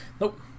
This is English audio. Nope